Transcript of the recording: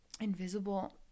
invisible –